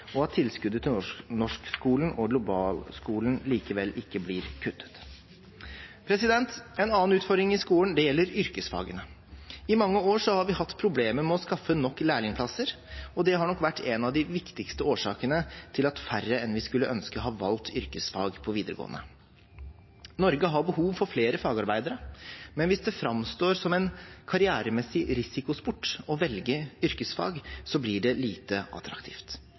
og at tilskuddet til Norskskolen og Globalskolen likevel ikke blir kuttet. En annen utfordring i skolen gjelder yrkesfagene. I mange år har vi hatt problemer med å skaffe nok lærlingplasser, og det har nok vært en av de viktigste årsakene til at færre enn vi skulle ønske, har valgt yrkesfag på videregående. Norge har behov for flere fagarbeidere, men hvis det framstår som en karrieremessig risikosport å velge yrkesfag, blir det lite attraktivt.